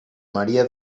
maria